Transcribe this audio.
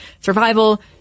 survival